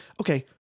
okay